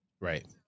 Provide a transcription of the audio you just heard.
Right